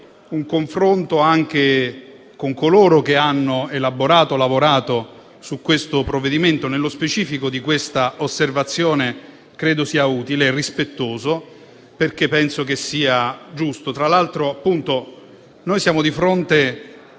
un confronto anche con coloro che hanno lavorato su questo provvedimento, nello specifico di questa osservazione, sia utile e rispettoso, perché penso che sia giusto. Tra l'altro, siamo di fronte